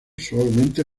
suavemente